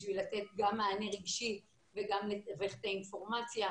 גם כדי לתת מענה רגשי וגם כדי לתווך את האינפורמציה.